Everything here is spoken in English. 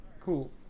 cool